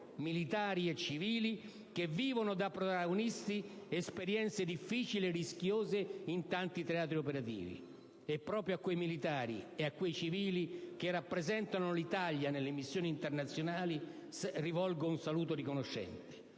militari e civili, che vivono da protagonisti esperienze difficili e rischiose in tanti teatri operativi. E proprio a quei militari e a quei civili che rappresentano l'Italia nelle missioni internazionali rivolgo un saluto riconoscente.